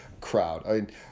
crowd